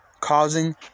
causing